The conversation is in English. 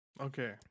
Okay